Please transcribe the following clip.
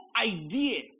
idea